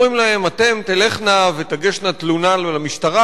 אומרים להן: אתן תלכנה ותגשנה תלונה למשטרה,